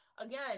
again